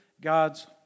God's